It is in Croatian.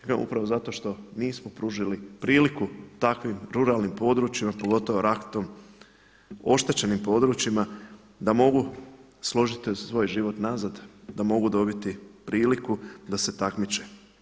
Ja kažem upravo zato što nismo pružili priliku takvim ruralnim područjima pogotovo ratom oštećenim područjima da mogu složiti svoj život nazad, da mogu dobiti priliku da se takmiče.